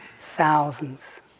thousands